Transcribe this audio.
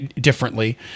differently